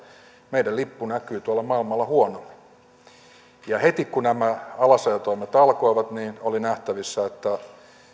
meidän lippumme näkyy tuolla maailmalla huonona ja heti kun nämä alasajotoimet alkoivat oli nähtävissä että